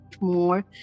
more